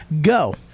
Go